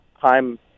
time